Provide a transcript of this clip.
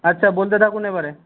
আচ্ছা বলতে থাকুন এবারে